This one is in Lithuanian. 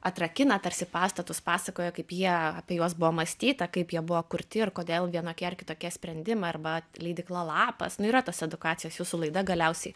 atrakina tarsi pastatus pasakoja kaip jie apie juos buvo mąstyta kaip jie buvo kurti ir kodėl vienokie ar kitokie sprendimai arba leidykla lapas nu yra tos edukacijos jūsų laida galiausiai